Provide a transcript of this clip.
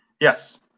yes